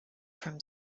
from